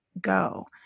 go